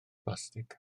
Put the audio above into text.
blastig